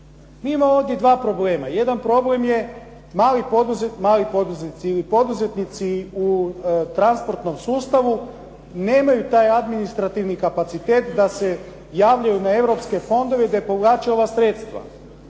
Mi imamo ovdje dva problema. Jedan problem je mali poduzetnici u transportnom sustavu nemaju taj administrativni kapacitet da se javljaju na europske fondove i da povlače ova sredstva.